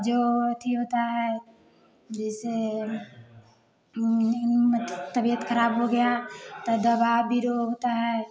जो अथी होता है जैसे मतलब तबियत खराब हो गया तो दवा बिरो होता है